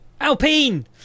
Alpine